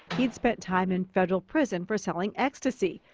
he'd spent time in federal prison for selling ecstasy.